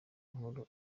inkuru